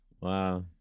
Wow